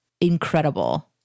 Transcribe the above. incredible